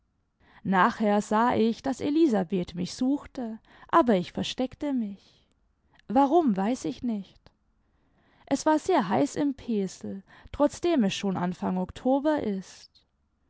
nachher sah ich daß elisabeth mich suchte aber ich versteckte mich warum weiß ich nicht es war sehr heiß im pesel trotzdem es schon anfang oktober ist